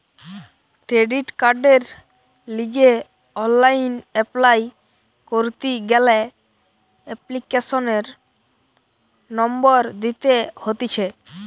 credit কার্ডের লিগে online apply করতি গ্যালে এপ্লিকেশনের নম্বর দিতে হতিছে